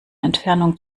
entfernung